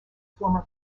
former